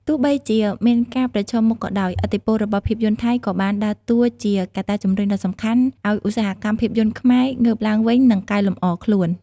ទោះបីជាមានការប្រឈមមុខក៏ដោយ ឥទ្ធិពលរបស់ភាពយន្តថៃក៏បានដើរតួជាកត្តាជំរុញដ៏សំខាន់ឲ្យឧស្សាហកម្មភាពយន្តខ្មែរ ងើបឡើងវិញ និងកែលម្អខ្លួន។